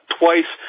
twice